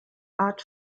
art